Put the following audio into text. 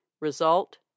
result